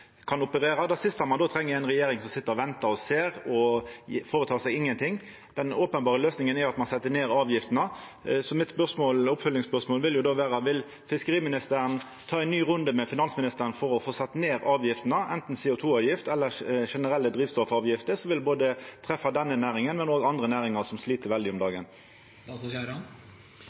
kan operera. Det siste me då treng, er ei regjering som sit og ventar og ser og ikkje føretek seg noko. Den openberre løysinga er at ein set ned avgiftene. Så mitt oppfølgingsspørsmål vil då vera: Vil fiskeriministeren ta ein ny runde med finansministeren for å få sett ned avgiftene, enten CO 2 -avgifta eller generelle drivstoffavgifter, som vil treffa både denne næringa og andre næringar som slit veldig om